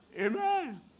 Amen